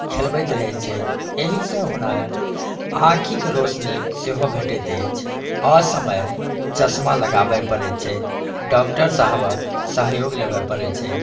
खेलबैत रहै छथि एहिसँ हुनक आँखिक रोशनी सेहो घटैत अछि असमय चश्मा लगाबऽ पड़ैत छैक डॉक्टर साहेबक सहयोग लेबय पड़ै छनि